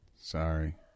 Sorry